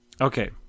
okay